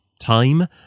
time